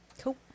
Cool